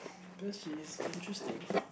because she is interesting